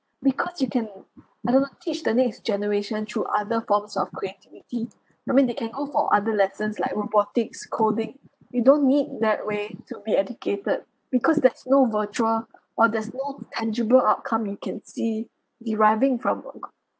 because you can other way teach the next generation through other forms of creativity I mean they can go for other lessons like robotics coding you don't need that way to be educated because there's no virtual or there's no tangible outcome you can see deriving from art